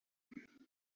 eux